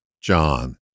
John